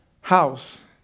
house